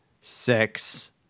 six